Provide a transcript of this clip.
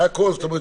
"והכול".